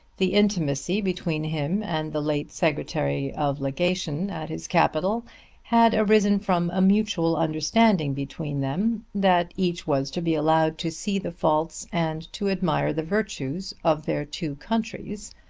the intimacy between him and the late secretary of legation at his capital had arisen from a mutual understanding between them that each was to be allowed to see the faults and to admire the virtues of their two countries,